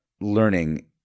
learning